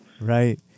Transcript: Right